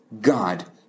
God